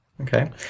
Okay